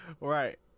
Right